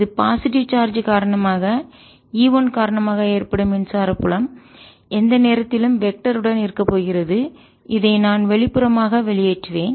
இது பாசிட்டிவ் நேர்மறை சார்ஜ் காரணமாக E 1 காரணமாக ஏற்படும் மின்சார புலம் எந்த நேரத்திலும் வெக்டர் உடன் திசையனுடன் இருக்கப் போகிறது இதை நான் வெளிப்புறமாக வெளியேற்றுவேன்